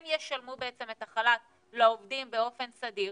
הם ישלמו את החל"ת לעובדים באופן סדיר,